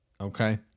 Okay